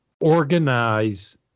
organize